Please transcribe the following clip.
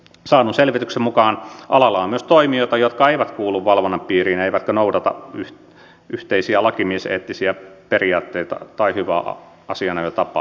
saadun selvityksen mukaan alalla on myös toimijoita jotka eivät kuulu valvonnan piiriin eivätkä noudata yhteisiä lakimieseettisiä periaatteita tai hyvää asianajotapaa